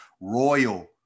royal